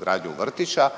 gradnju vrtića,